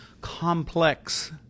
complex